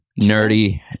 Nerdy